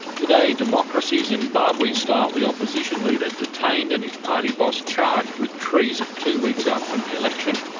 today, democracy zimbabwe-style, the opposition leader detained and his party boss charged with treason two weeks out from the election.